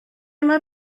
mae